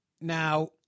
now